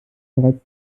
bereits